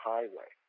Highway